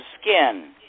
skin